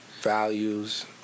Values